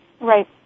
Right